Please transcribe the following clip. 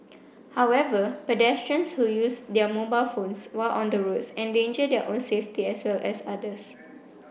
however pedestrians who use their mobile phones while on the roads endanger their own safety as well as others